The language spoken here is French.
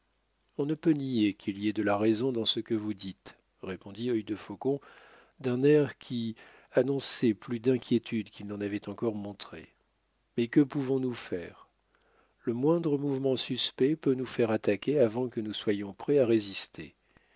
on ne peut nier qu'il y ait de la raison dans ce que vous dites répondit œil de faucon d'un air qui annonçait plus d'inquiétude qu'il n'en avait encore montré mais que pouvonsnous faire le moindre mouvement suspect peut nous faire attaquer avant que nous soyons prêts à résister